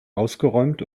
ausgeräumt